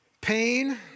pain